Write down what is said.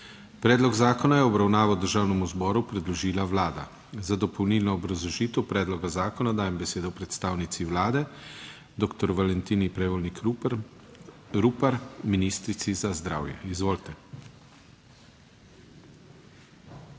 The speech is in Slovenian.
Predlog zakona je v obravnavo Državnemu zboru predložila Vlada. Za dopolnilno obrazložitev predloga zakona dajem besedo predstavnici Vlade, doktor Valentini Prevolnik Rupel, ministrici za zdravje. Izvolite.